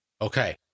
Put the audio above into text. Okay